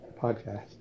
podcast